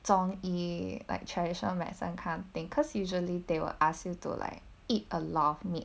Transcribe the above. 中医 like traditional medicine kind of thing cause usually they will ask you to like eat a lot of meat